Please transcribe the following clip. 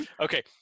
Okay